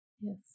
Yes